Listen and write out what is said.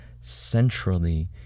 centrally